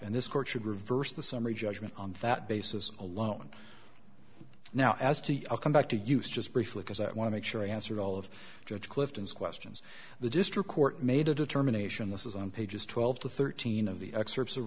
and this court should reverse the summary judgment on that basis alone now as to come back to use just briefly because i want to make sure i answer all of judge clifton's questions the district court made a determination this is on pages twelve to thirteen of the excerpts